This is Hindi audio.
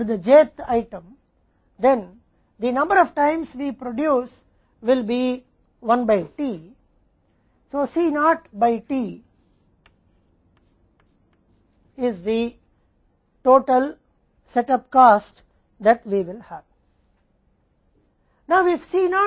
तो किसी विशेष आइटम के लिए हमें j th आइटम के लिए T C 1 या T C j कहें तो हम जितनी बार उत्पादन करेंगे वह T द्वारा 1 होगा इसलिए C नॉट बाय T कुल सेटअप लागत है जो हमारे पास होगी